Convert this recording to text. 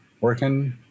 working